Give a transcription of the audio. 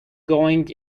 going